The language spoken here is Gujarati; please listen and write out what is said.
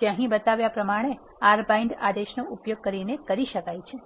જે અહીં બતાવ્યા પ્રમાણે R bind આદેશનો ઉપયોગ કરીને કરી શકાય છે